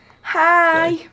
Hi